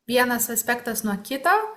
vienas aspektas nuo kito